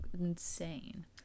insane